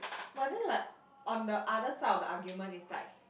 but then like on the other side of the argument is like